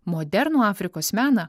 modernų afrikos meną